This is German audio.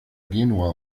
genua